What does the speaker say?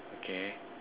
okay